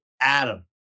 Adam